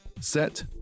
set